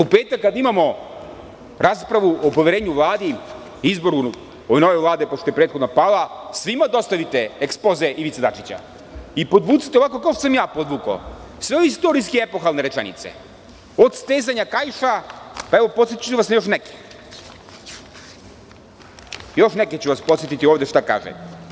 U petak kad imamo raspravu o poverenju Vladi, izboru ove nove Vlade pošto je prethodna pala, svima dostavite ekspoze Ivice Dačića i podvucite ovako kao što sam ja podvukao, sve ove istorijske epohalne rečenice, od stezanja kaiša, pa evo podsetiću vas na još neke šta kažu.